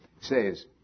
says